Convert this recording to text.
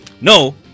No